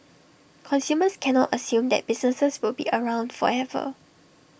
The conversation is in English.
consumers cannot assume that businesses will be around forever